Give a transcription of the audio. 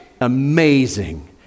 amazing